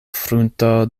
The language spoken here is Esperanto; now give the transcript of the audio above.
frunto